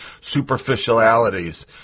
superficialities